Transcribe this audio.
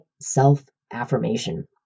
self-affirmation